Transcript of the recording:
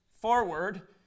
forward